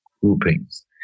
groupings